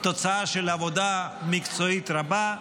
הם תוצאה של עבודה מקצועית רבה,